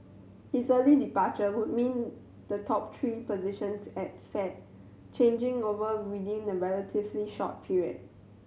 his early departure would mean the top three positions at Fed changing over within a relatively short period